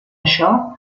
això